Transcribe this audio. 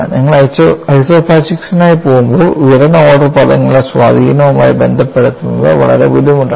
നിങ്ങൾ ഐസോപാച്ചിക്സിനായി പോകുമ്പോൾ ഉയർന്ന ഓർഡർ പദങ്ങളുടെ സ്വാധീനവുമായി ബന്ധപ്പെടുത്തുന്നത് വളരെ ബുദ്ധിമുട്ടാണ്